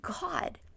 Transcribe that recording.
God